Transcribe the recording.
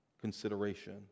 consideration